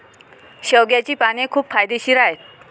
शेवग्याची पाने खूप फायदेशीर आहेत